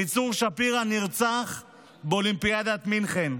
עמיצור שפירא נרצח באולימפיאדת מינכן.